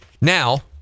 now